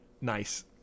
nice